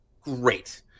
great